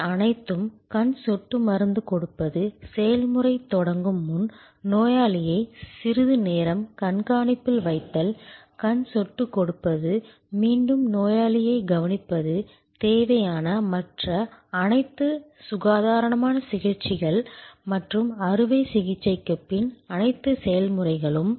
மற்ற அனைத்தும் கண் சொட்டு மருந்து கொடுப்பது செயல்முறை தொடங்கும் முன் நோயாளியை சிறிது நேரம் கண்காணிப்பில் வைத்தல் கண் சொட்டு கொடுப்பது மீண்டும் நோயாளியை கவனிப்பது தேவையான மற்ற அனைத்து சுகாதாரமான சிகிச்சைகள் மற்றும் அறுவை சிகிச்சைக்குப் பின் அனைத்து செயல்முறைகளும்